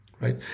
right